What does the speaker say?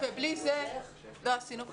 בלי זה לא עשינו כלום.